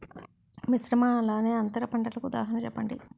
మిశ్రమ అలానే అంతర పంటలకు ఉదాహరణ చెప్పండి?